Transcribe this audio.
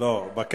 אדוני השר,